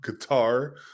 guitar